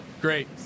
great